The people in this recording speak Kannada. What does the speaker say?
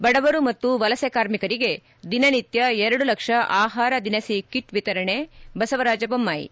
ಬಡವರು ಮತ್ತು ವಲಸೆ ಕಾರ್ಮಿಕರಿಗೆ ದಿನನಿತ್ವ ಎರಡು ಲಕ್ಷ ಆಹಾರ ದಿನಸಿ ಕಿಟ್ ವಿತರಣೆ ಬಸವರಾಜ ಬೊಮ್ನಾಯಿ